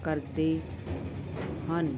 ਕਰਦੇ ਹਨ